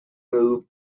moved